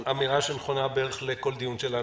משה, זו אמירה שנכונה בערך לכל דיון שלנו.